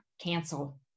cancel